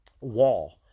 wall